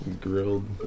Grilled